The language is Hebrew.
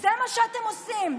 זה מה שאתם עושים.